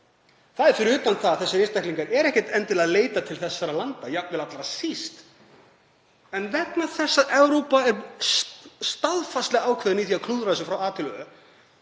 að byrja með. Þessir einstaklingar eru ekkert endilega að leita til þessara landa, jafnvel allra síst, en vegna þess að Evrópa er staðfastlega ákveðin í því að klúðra þessu frá A til